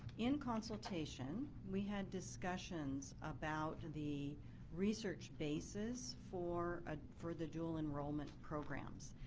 in consultation we had discussions about the research basis for ah for the dual enrollment programs.